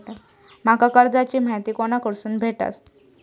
माका कर्जाची माहिती कोणाकडसून भेटात?